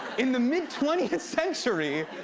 in the mid twentieth century,